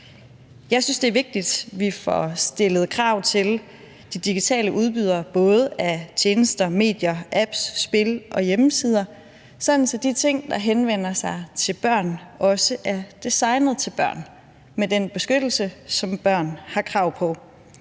Jeg synes, det er vigtigt, at vi får stillet krav til de digitale udbydere af både tjenester, medier, apps, spil og hjemmesider, sådan at de ting, der henvender sig til børn, også er designet til børn med den beskyttelse, som børn har krav på